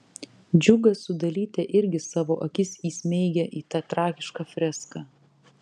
džiugas su dalyte irgi savo akis įsmeigią į tą tragišką freską